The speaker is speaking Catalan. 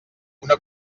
una